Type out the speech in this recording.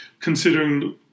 considering